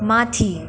माथि